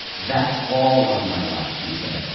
that's all of my life, he said,